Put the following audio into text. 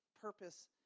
purpose